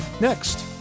next